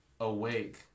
awake